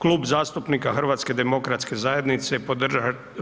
Klub zastupnika HDZ-a